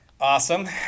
Awesome